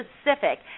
specific